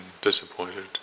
disappointed